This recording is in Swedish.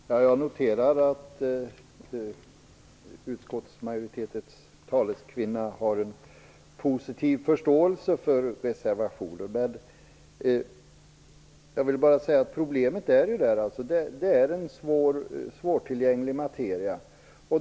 Fru talman! Jag noterar att utskottsmajoritetens taleskvinna har en positiv förståelse för reservationen. Men problemet är att det är en svårtillgänglig materia.